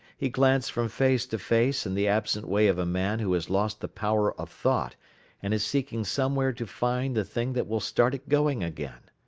he glanced from face to face in the absent way of a man who has lost the power of thought and is seeking somewhere to find the thing that will start it going again.